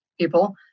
people